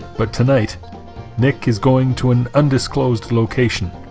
but tonight nick is going to an undisclosed location